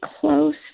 close